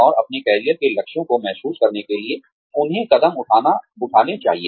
और अपने कैरियर के लक्ष्यों को महसूस करने के लिए उन्हें कदम उठाने चाहिए